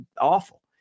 awful